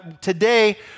Today